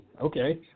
okay